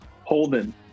Holden